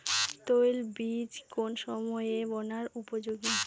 তৈলবীজ কোন সময়ে বোনার উপযোগী?